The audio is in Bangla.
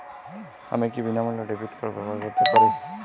আমি কি বিনামূল্যে ডেবিট কার্ড ব্যাবহার করতে পারি?